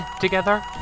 together